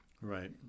Right